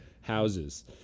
houses